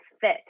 fit